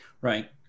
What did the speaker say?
Right